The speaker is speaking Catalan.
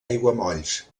aiguamolls